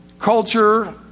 culture